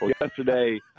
yesterday